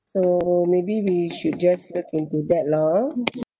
so maybe we should just look into that lah orh